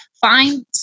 find